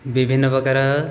ବିଭିନ୍ନ ପ୍ରକାର